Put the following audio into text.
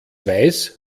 weiß